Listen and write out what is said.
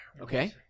Okay